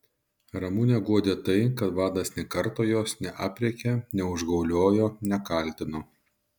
ramunę guodė tai kad vadas nė karto jos neaprėkė neužgauliojo nekaltino